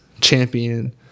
champion